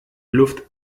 luft